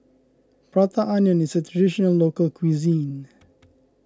Prata Onion is a Traditional Local Cuisine